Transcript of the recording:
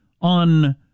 on